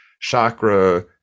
chakra